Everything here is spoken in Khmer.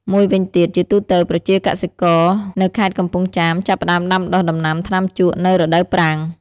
មួយវិញទៀត ជាទូទៅ ប្រជាកសិករនៅខេត្តកំពង់ចាមចាប់ផ្ដើមដាំដុះដំណាំថ្នាំជក់នៅ រដូវប្រាំង។